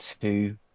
two